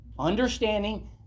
understanding